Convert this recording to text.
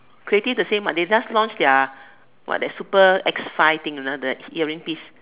creative the same what they just launch their what their super X five thing you know the earring piece